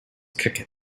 cricket